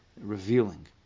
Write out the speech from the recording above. revealing